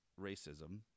racism